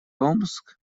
томск